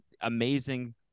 amazing